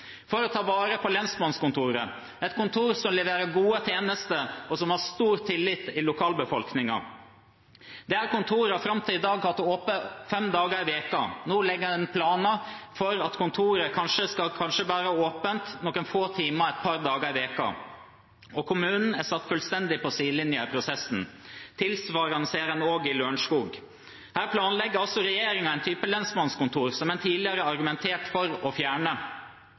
for å ta vare på lensmannskontoret, et kontor som leverer gode tjenester, som har stor tillit i lokalbefolkningen, og som fram til i dag har hatt åpent fem dager i uken. Nå legger en planer for at kontoret kanskje skal være åpent noen få timer et par dager i uken, og kommunen er satt fullstendig på sidelinjen i prosessen. Tilsvarende ser en også i Lørenskog. Her planlegger altså regjeringen en type lensmannskontor som en tidligere argumenterte for å fjerne.